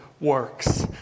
works